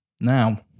Now